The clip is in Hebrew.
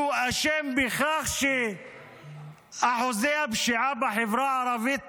שהוא אשם בכך שאחוזי הפשיעה בחברה הערבית